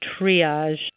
triage